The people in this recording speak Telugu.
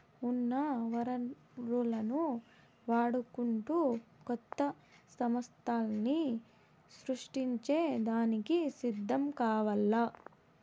ఉన్న వనరులను వాడుకుంటూ కొత్త సమస్థల్ని సృష్టించే దానికి సిద్ధం కావాల్ల